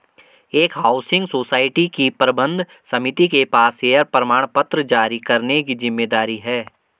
एक housing society की प्रबंध समिति के पास शेयर प्रमाणपत्र जारी करने की जिम्मेदारी है